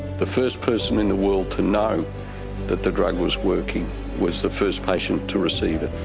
the first person in the world to know that the drug was working was the first patient to receive it.